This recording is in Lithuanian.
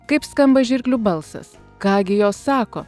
kaip skamba žirklių balsas ką gi jos sako